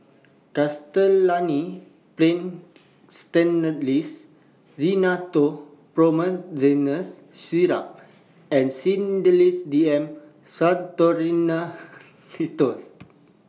Castellani's Paint Stainless Rhinathiol Promethazine Syrup and Sedilix D M Pseudoephrine Linctus